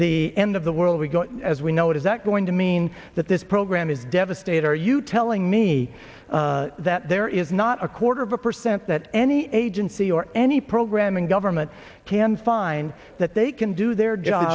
the end of the world we go as we know it is that going to mean that this program is devastated are you telling me that there is not a quarter of a percent that any agency or any program in government can find that they can do their job